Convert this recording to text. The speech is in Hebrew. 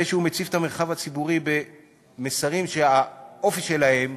שהוא מציף את המרחב הציבורי במסרים שהאופי שלהם,